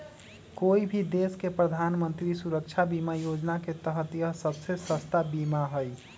कोई भी देश के प्रधानमंत्री सुरक्षा बीमा योजना के तहत यह सबसे सस्ता बीमा हई